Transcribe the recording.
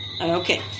Okay